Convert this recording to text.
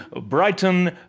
Brighton